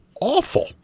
awful